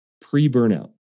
pre-burnout